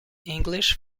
english